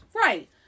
right